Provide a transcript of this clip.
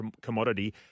commodity